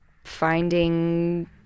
finding